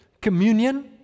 communion